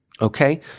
okay